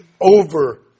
over